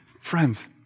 Friends